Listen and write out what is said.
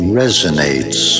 resonates